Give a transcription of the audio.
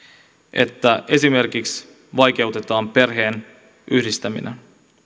että esimerkiksi vaikeutetaan perheen yhdistämistä